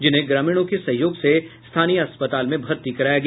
जिन्हें ग्रामीणों की सहयोग से स्थानीय अस्पताल में भर्ती कराया गया